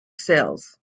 cells